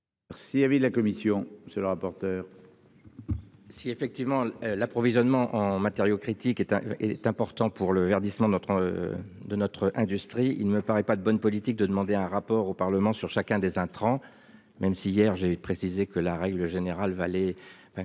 S'il avait de la commission, c'est le rapporteur. Si effectivement l'approvisionnement en matériaux critiques étaient est important pour le verdissement de notre. De notre industrie il ne me paraît pas de bonne politique de demander un rapport au Parlement sur chacun des intrants. Même si hier j'ai précisé que la règle générale.